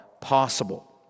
possible